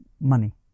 money